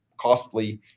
costly